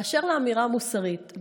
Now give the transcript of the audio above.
באשר לאמירה המוסרית,